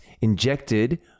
injected